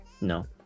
no